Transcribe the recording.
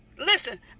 listen